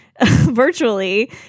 virtually